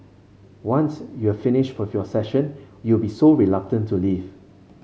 once you're finished with your session you'll be so reluctant to leave